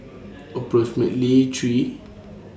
approximately three